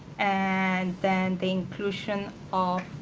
and then the inclusion of